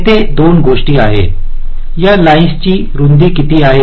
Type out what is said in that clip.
तेथे 2 गोष्टी आहेत या लाईन्सची रूंदी किती आहे